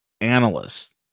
analysts